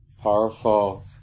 powerful